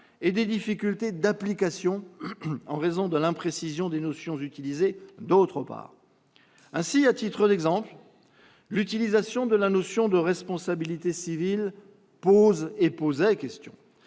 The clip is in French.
et des difficultés d'application en raison de l'imprécision des notions utilisées, d'autre part. À titre d'exemple, l'utilisation de la notion de « responsabilité civile » posait question.